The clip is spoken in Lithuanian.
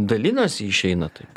dalinasi išeina taip